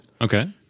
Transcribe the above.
Okay